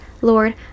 Lord